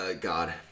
God